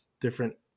different